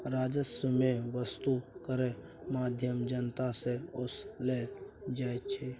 राजस्व केँ बस्तु करक माध्यमसँ जनता सँ ओसलल जाइ छै